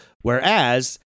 Whereas